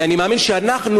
כי אני מאמין שאנחנו,